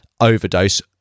overdose